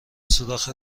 سوراخ